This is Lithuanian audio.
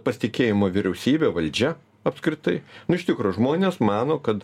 pasitikėjimo vyriausybe valdžia apskritai nu iš tikro žmonės mano kad